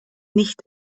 nicht